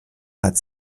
hat